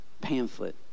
pamphlet